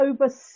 over